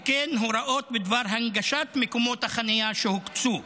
וכן יש הוראות בדבר הנגשת מקומות החניה שהוקצו.